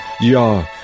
yah